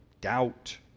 Doubt